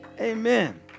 Amen